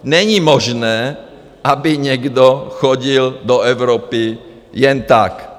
Není možné, aby někdo chodil do Evropy jen tak.